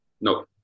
No